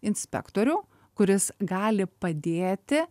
inspektorių kuris gali padėti